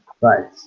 Right